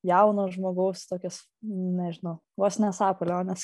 jauno žmogaus tokios nežinau vos ne sapalionės